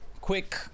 quick